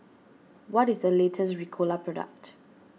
what is the latest Ricola product